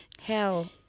Hell